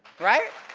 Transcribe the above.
right?